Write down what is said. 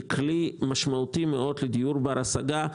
היא כלי משמעותי מאוד לדיור בר השגה.